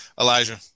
Elijah